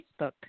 Facebook